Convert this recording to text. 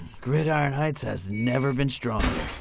gridiron heights has never been stronger.